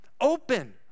open